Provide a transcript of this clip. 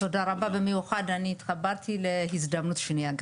תודה רבה, במיוחד אני התחברתי להזדמנות שניה.